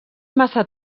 massa